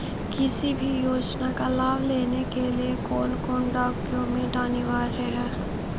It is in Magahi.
किसी भी योजना का लाभ लेने के लिए कोन कोन डॉक्यूमेंट अनिवार्य है?